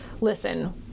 listen